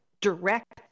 direct